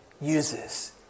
uses